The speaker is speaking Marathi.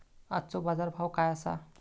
आजचो बाजार भाव काय आसा?